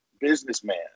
businessman